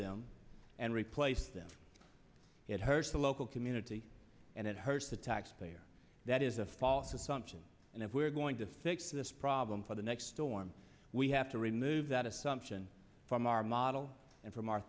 them and replace them it hurts the local community and it hurts the taxpayer that is a false assumption and if we're going to fix this problem for the next storm we have to remove that assumption from our model and from our